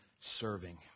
serving